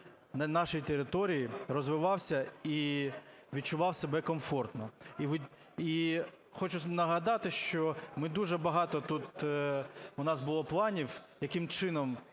на нашій території розвивався і відчував себе комфортно. І хочу нагадати, що ми дуже багато тут у нас було планів, яким чином